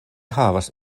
havas